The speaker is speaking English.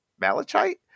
malachite